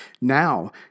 Now